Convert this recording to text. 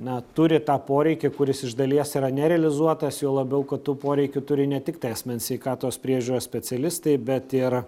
na turi tą poreikį kuris iš dalies yra nerealizuotas juo labiau kad tų poreikių turi ne tiktai asmens sveikatos priežiūros specialistai bet ir